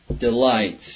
delights